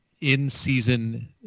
in-season